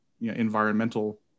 environmental